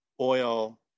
oil